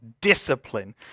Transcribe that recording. discipline